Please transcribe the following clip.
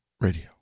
Radio